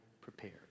prepared